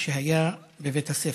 כשהיה בבית הספר.